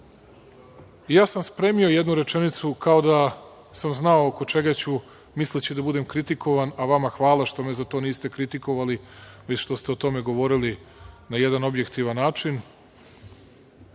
sam jednu rečenicu, kao da sam znao oko čega ću, misleći da budem kritikovan, a vama hvala što me za to niste kritikovali već što ste o tome govorili na jedan objektivan način,